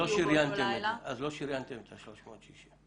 לא שריינתם את ה-360.